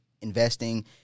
investing